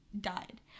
died